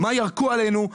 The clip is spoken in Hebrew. מה ירקו עלינו,